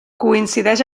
coincideix